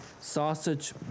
sausage